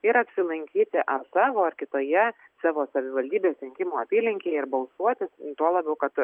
ir apsilankyti ar savo ar kitoje savo savivaldybės rinkimų apylinkėje ir balsuoti tuo labiau kad